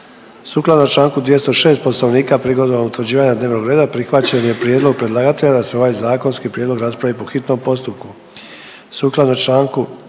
Sukladno čl. 206. Poslovnika prigodom utvrđivanja dnevnog reda prihvaćen je prijedlog predlagatelja da se ovaj zakonski prijedlog raspravi po hitnom postupku.